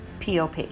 POP